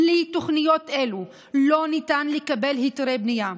בלי תוכניות אלו לא ניתן לקבל היתרי בנייה.